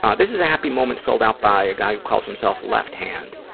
um this is a happy moment filled out by a guy who calls himself left hand,